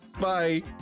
Bye